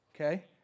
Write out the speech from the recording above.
Okay